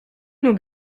une